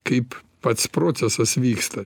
kaip pats procesas vyksta